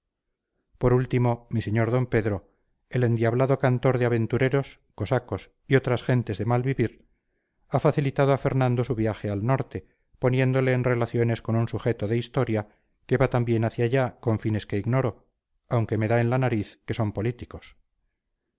por último mi sr d pedro el endiablado cantor de aventureros cosacos y otras gentes de mal vivir ha facilitado a fernando su viaje al norte poniéndole en relaciones con un sujeto de historia que va también hacia allá con fines que ignoro aunque me da en la nariz que son políticos